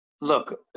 look